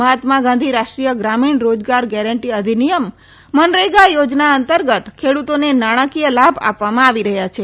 મહાત્મા ગાંધી રાષ્ટ્રીય ગ્રામિણ રોજગાર ગેરેંટી અધિનિયમ મનરેગા યોજના અંતર્ગત ખેડૂતોને નાણાંકીય લાભ આપવામાં આવી રહ્યા છે